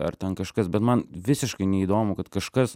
ar ten kažkas bet man visiškai neįdomu kad kažkas